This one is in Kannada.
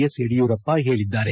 ಎಸ್ ಯಡಿಯೂರಪ್ಪ ಹೇಳಿದ್ದಾರೆ